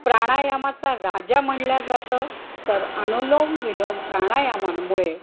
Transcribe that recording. प्राणायामाचा राजा म्हटलं जातं तर अनुलोम विलोम प्राणायामांमुळे